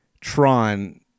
Tron